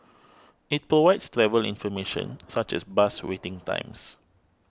it provides travel information such as bus waiting times